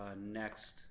next